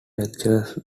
lectures